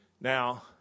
Now